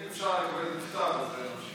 אם אפשר לקבל את זה בכתב, מה?